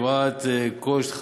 גבעת קושט,